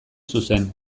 zuzen